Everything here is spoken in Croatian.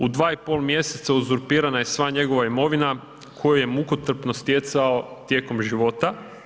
U 2,5 mjeseca uzurpirana je sva njegova imovina koju je mukotrpno stjecao tijekom života.